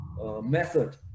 method